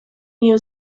new